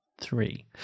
Three